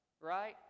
right